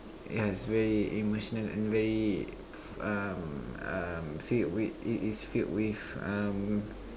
yes very emotional and very um um filled with it is filled with um